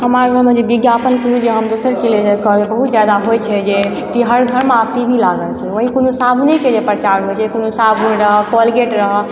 हमर गाँवमे जे विज्ञापन कोनो जे हम दोसरके लेल जे करबै बहुत जादा होइ छै जे कि हर घरमे आब टी वी लागल छै ओही कोनो साबुनेके जे प्रचार होइ छै कोनो साबुन रहऽ कोलगेट रहऽ